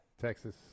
Texas